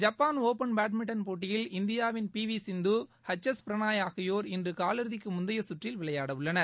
Japan open பேட்மின்டன்போட்டியில் இந்தியாவின் P V Sindhu H S Prannoy ஆகியோர் இன்று காலிறுதிக்கு முந்தைய குற்றில் விளையாடவுள்ளனர்